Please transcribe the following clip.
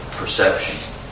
perception